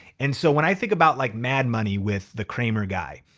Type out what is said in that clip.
and so when i think about like mad money. with the cramer guy,